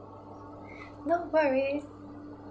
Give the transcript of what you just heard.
no worries